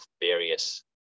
various